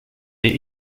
est